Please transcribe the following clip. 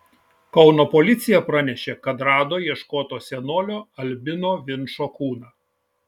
kauno policija pranešė kad rado ieškoto senolio albino vinčo kūną